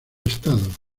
estado